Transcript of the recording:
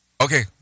okay